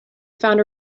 found